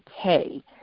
pay